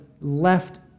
left